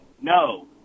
No